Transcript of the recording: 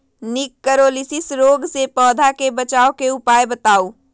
निककरोलीसिस रोग से पौधा के बचाव के उपाय बताऊ?